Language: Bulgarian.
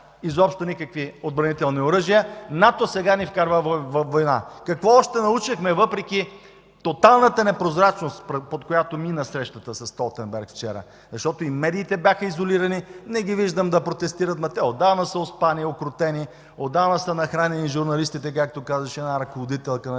изобщо никакви отбранителни оръжия, НАТО сега ни вкарва във война! Какво още научихме въпреки тоталната непрозрачност, при която премина срещата със Столтенберг вчера. И медиите бяха изолирани, не ги виждам да протестират, но те отдавна са успани и укротени, отдавна са нахранени журналистите, както казваше една ръководителка на